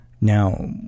now